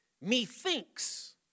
methinks